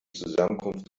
zusammenkunft